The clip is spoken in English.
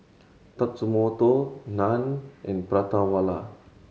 Tatsumoto Nan and Prata Wala